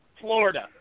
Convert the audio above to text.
Florida